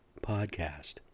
podcast